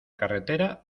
carretera